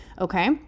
okay